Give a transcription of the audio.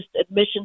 admission